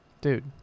Dude